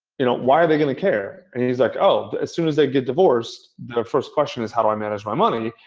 you know why are they going to care? and he's like, oh, as soon as they get divorced, the first question is, how do i manage my money?